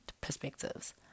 perspectives